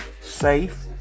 safe